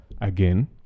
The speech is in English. again